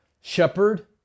shepherd